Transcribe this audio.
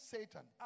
Satan